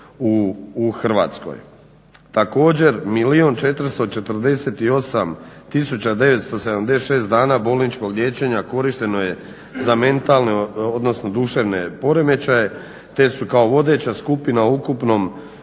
u Hrvatskoj. Također milijun 448 tisuća 976 dana bolničkog liječenja korišteno je za mentalne odnosno duševne poremećaje te su kao vodeća skupina u ukupnom